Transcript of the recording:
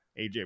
AJ